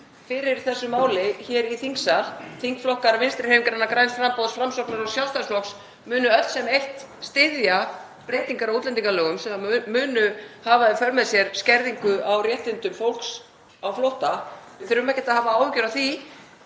fyrir þessu máli hér í þingsal. Þingflokkar Vinstrihreyfingarinnar – græns framboðs, Framsóknar og Sjálfstæðisflokks munu öll sem eitt styðja breytingar á útlendingalögum sem munu hafa í för með sér skerðingu á réttindum fólks á flótta. Við þurfum ekkert að hafa áhyggjur af því